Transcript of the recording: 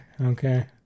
Okay